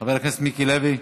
חבר הכנסת מיקי לוי,